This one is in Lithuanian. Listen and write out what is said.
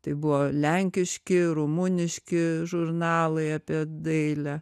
tai buvo lenkiški rumuniški žurnalai apie dailę